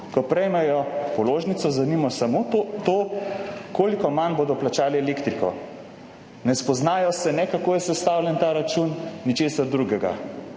ko prejmejo položnico, zanima samo to, koliko manj bodo plačali elektriko. Ne spoznajo se na to, kako je sestavljen ta račun, ničesar drugega,